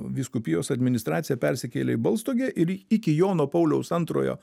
vyskupijos administracija persikėlė į balstogę ir iki jono pauliaus antrojo